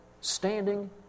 standing